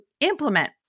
implement